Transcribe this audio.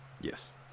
Yes